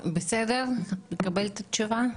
את מקבלת את התשובה?